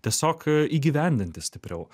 tiesiog įgyvendinti stipriau